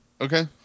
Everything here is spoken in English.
Okay